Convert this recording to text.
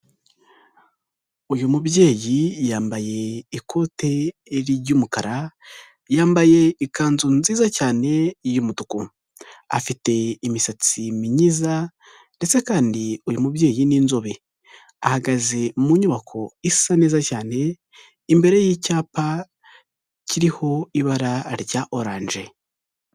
Uyu mubyeyi yambaye ikote ry'umukara, yambaye ikanzu nziza cyane y'umutuku. Afite imisatsi myiza ndetse kandi uyu mubyeyi ni inzobe. Ahagaze mu nyubako isa neza cyane, imbere y'icyapa kiriho ibara rya oranje.